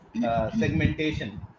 segmentation